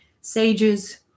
sages